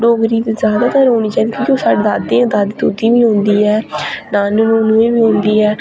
डोगरी ज्यादातर औनी चाइदी क्योंकि ओह् साढ़े दादे जां दादी दूदी गी बी औंदी ऐ नानू नूनू गी बी औंदी ऐ